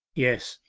yes,